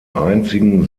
einzigen